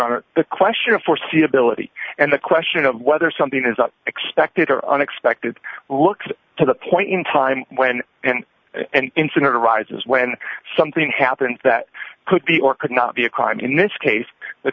honor the question of foreseeability and the question of whether something is not expected or unexpected look to the point in time when an incident arises when something happens that could be or could not be a crime in this case the